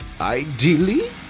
Ideally